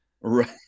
Right